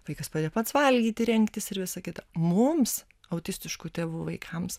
vaikas padėjo pats valgyti rengtis ir visa kita mums autistiškų tėvų vaikams